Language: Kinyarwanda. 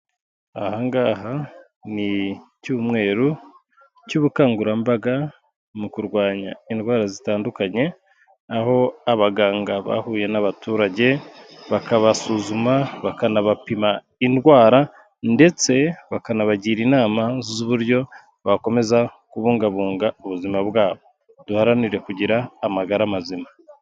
Aha ngaha ni icyumweru cy'ubukangurambaga mu kurwanya indwara zitandukanye, aho abaganga bahuye n'abaturage, bakabasuzuma, bakanabapima indwara ndetse bakanabagira inama z'uburyo bakomeza kubungabunga ubuzima bwabo, duharanire kugira amagara mazima.